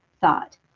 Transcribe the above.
thought